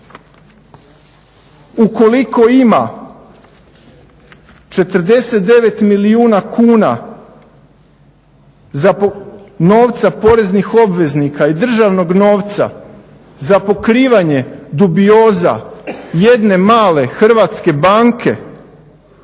Ukoliko ima 49 milijuna kuna novca poreznih obveznika i državnog novca za pokrivanje dubioza jedne male hrvatske banke